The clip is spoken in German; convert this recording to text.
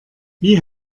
wie